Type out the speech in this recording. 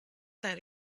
that